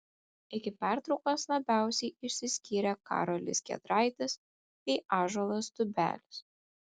iki pertraukos labiausiai išsiskyrė karolis giedraitis bei ąžuolas tubelis